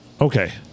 okay